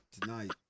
tonight